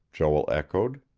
joel echoed.